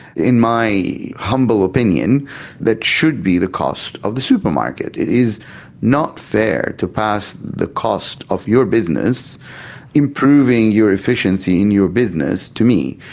in my humble opinion that should be the cost of the supermarket. it is not fair to pass the cost of your business improving your efficiency in your business to me,